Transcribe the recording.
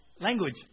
language